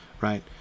right